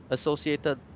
Associated